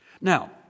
Now